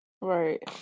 Right